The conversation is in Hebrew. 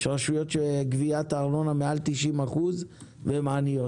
יש רשויות שגביית הארנונה בהן מעל ל-90% והן עניות,